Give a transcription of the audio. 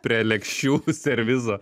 prie lėkščių servizo